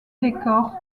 décor